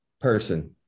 person